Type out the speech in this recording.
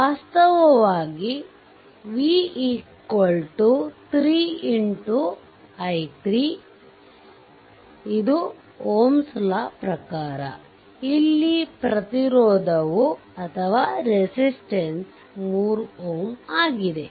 ವಾಸ್ತವವಾಗಿ v3x i3 ohms law ಪ್ರಕಾರ ಇಲ್ಲಿ ಪ್ರತಿರೋಧವು 3 Ω ಆಗಿದೆ